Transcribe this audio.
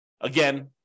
Again